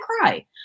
cry